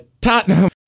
Tottenham